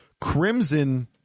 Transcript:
Crimson